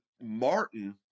Martin